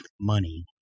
money